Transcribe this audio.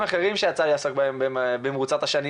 אחרים שיצא לי לעסוק בהם במרוצת השנים.